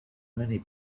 many